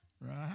Right